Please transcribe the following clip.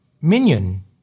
Minion